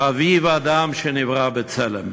חביב אדם שנברא בצלם,